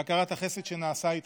בהכרת החסד שנעשה איתך,